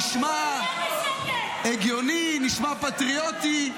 נשמע הגיוני, נשמע פטריוטי.